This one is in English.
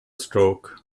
stroke